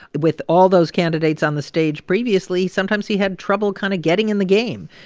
with all those candidates on the stage previously, sometimes, he had trouble kind of getting in the game.